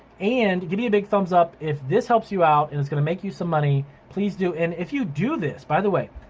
and give me a big thumbs up if this helps you out and is gonna make you some money. please do. and if you do this, by the way,